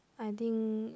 I think